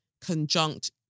conjunct